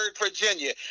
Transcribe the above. virginia